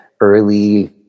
early